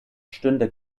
stünde